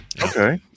Okay